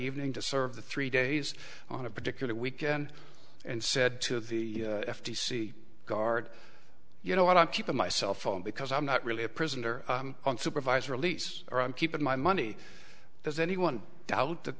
evening to serve the three days on a particular weekend and said to the f t c guard you know what i'm keeping my cell phone because i'm not really a prisoner supervisor lease or i'm keeping my money does anyone doubt that